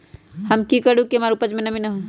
हम की करू की हमार उपज में नमी होए?